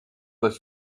was